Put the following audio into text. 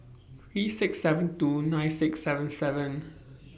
three six seven two nine six seven seven